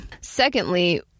Secondly